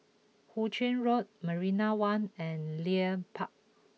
Hu Ching Road Marina One and Leith Park